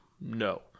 No